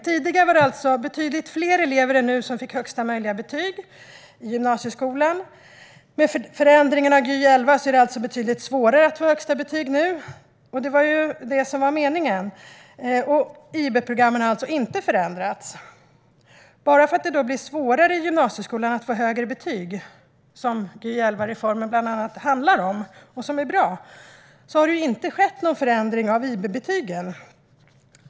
Tidigare var det alltså betydligt fler elever än nu som fick högsta möjliga betyg i gymnasieskolan. Med förändringen av Gy 11 är det alltså betydligt svårare att få högsta betyg, vilket också var meningen. Men IB-programmen har inte förändrats. Det har alltså blivit svårare att få högre betyg i gymnasieskolan, vilket Gy 11-reformen bland annat handlar om och som är bra, men det har inte skett någon förändring av IB-betygen.